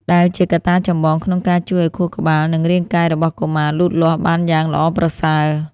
ដែលជាកត្តាចម្បងក្នុងការជួយឱ្យខួរក្បាល និងរាងកាយរបស់កុមារលូតលាស់បានយ៉ាងល្អប្រសើរ។